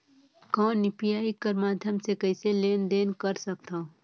कौन यू.पी.आई कर माध्यम से कइसे लेन देन कर सकथव?